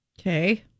Okay